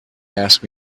ask